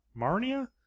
Marnia